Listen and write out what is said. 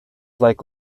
like